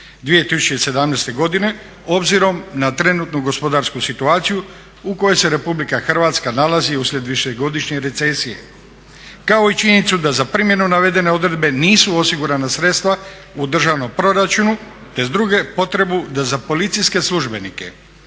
2017. godine obzirom na trenutnu gospodarsku situaciju u kojoj se Republika Hrvatska nalazi uslijed višegodišnje recesije, kao i činjenicu da za primjenu navedene odredbe nisu osigurana sredstva u državnom proračunu te s druge potrebu da za policijske službenike